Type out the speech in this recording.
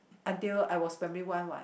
until I was primary one what